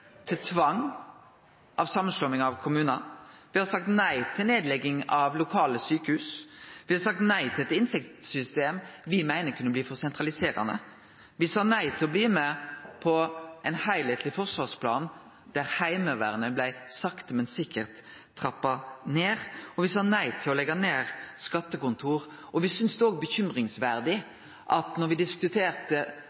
til tvangssamanslåing av kommunar, me har sagt nei til nedlegging av lokale sjukehus, me har sagt nei til eit inntektssystem me meiner kunne bli for sentraliserande, me sa nei til å bli med på ein heilskapleg forsvarsplan der Heimevernet sakte, men sikkert blei trappa ned, og me sa nei til å leggje ned skattekontor. Me synest òg det